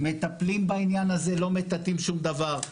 מטפלים בעניין הזה, לא מטאטאים שום דבר.